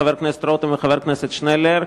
חבר הכנסת רותם וחבר הכנסת שנלר,